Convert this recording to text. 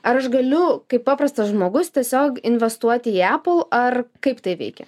ar aš galiu kaip paprastas žmogus tiesiog investuoti į apple ar kaip tai veikia